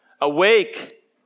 Awake